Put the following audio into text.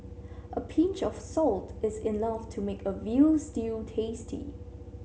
a pinch of salt is enough to make a veal stew tasty